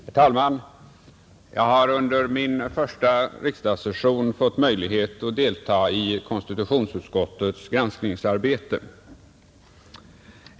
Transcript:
Herr talman! Jag har under min första riksdagssession fått möjlighet att delta i konstitutionsutskottets granskningsarbete.